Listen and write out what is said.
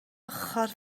ochr